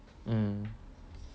mm